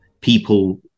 people